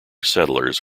settlers